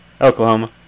Oklahoma